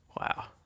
Wow